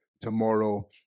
tomorrow